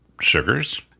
sugars